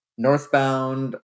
Northbound